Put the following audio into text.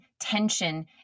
tension